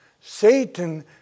Satan